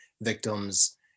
victims